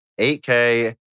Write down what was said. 8K